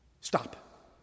Stop